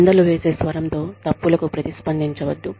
నిందలు వేసే స్వరంతో తప్పులకు ప్రతిస్పందించవద్దు